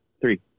three